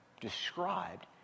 described